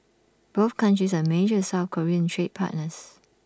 both countries are major south Korean trade partners